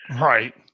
Right